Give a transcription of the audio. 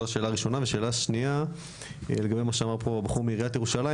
שאלה שנייה לגבי מה שאמר פה הבחור מעיריית ירושלים.